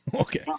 Okay